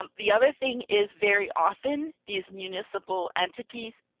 um the other thing is, very often, these municipal entities,